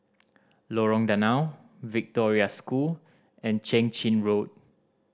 Lorong Danau Victoria School and Keng Chin Road